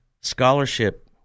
scholarship